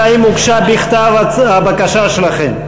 והאם הוגשה בכתב הבקשה שלכם?